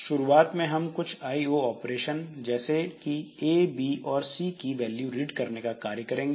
शुरुआत में हम कुछ आईओ ऑपरेशन जैसे कि ए बी और सी की वैल्यू रीड करने का कार्य करेंगे